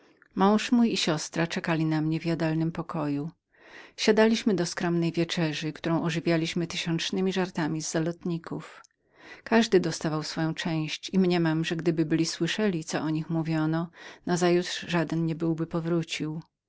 mąż mój i siostra czekali na mnie w jadalnym pokoju siadaliśmy do skromnej wieczerzy którą ożywialiśmy tysiącznemi żartami z zakochanych każdy dostawał swoją część i mniemam że gdyby byli słyszeli co o nich mówiono nazajutrz żaden niebyłby powrócił